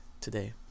today